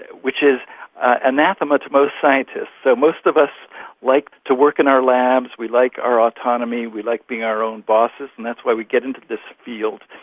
which is anathema to most scientists. so most of us like to work in our labs, we like our autonomy, we like being our own bosses, and that's why we get into this field.